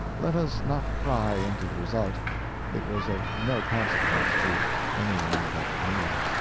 let us not pry into the result it was of no consequence to any one but me.